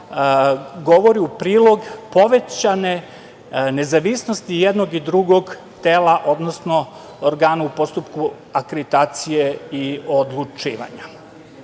govori u prilog povećane nezavisnosti jednog i drugog tela, odnosno organa u postupku akreditacije i odlučivanja.